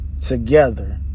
together